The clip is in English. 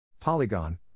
Polygon